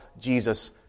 Jesus